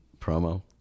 promo